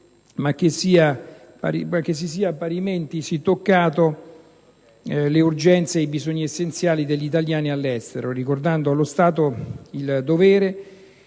ma che si sia parimenti toccato le urgenze ed i bisogni essenziali degli italiani all'estero, ricordando allo Stato il dovere,